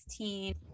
16